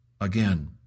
again